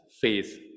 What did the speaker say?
faith